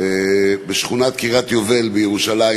בשכונת קריית-היובל בירושלים